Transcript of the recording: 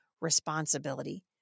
responsibility